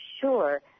sure